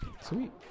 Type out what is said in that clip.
sweet